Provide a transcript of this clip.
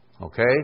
Okay